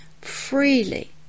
freely